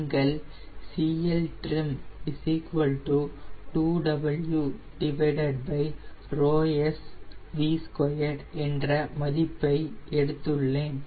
நான் CLtrim 2W 𝜌𝑆V2 என்ற மதிப்பை எடுத்துள்ளேன்